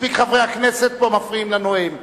מספיק חברי הכנסת מפריעים פה לנואם,